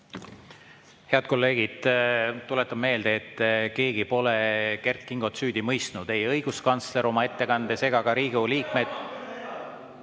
Head kolleegid, tuletan meelde, et keegi pole Kert Kingot süüdi mõistnud – ei õiguskantsler oma ettekandes ega ka Riigikogu